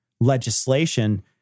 legislation